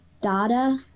data